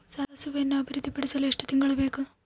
ಸಾಸಿವೆಯನ್ನು ಅಭಿವೃದ್ಧಿಪಡಿಸಲು ಎಷ್ಟು ತಿಂಗಳು ಬೇಕು?